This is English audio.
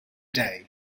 day